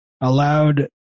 allowed